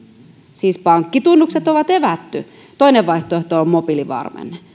siis pankkitunnukset on evätty toinen vaihtoehto on mobiilivarmenne